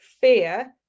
fear